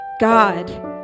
God